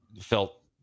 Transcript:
felt